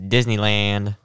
Disneyland